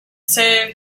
save